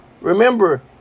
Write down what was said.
Remember